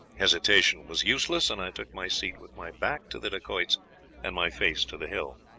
hesitation was useless, and i took my seat with my back to the dacoits and my face to the hill.